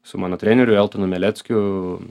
su mano treneriu eltonu meleckiu